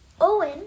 Owen